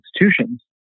institutions